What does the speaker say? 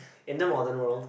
in the modern world